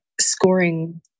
scoring